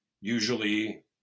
usually